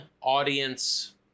Audience